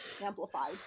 amplified